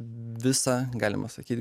visą galima sakyt